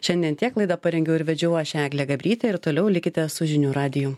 šiandien tiek laidą parengiau ir vedžiau aš eglė gabrytė ir toliau likite su žinių radiju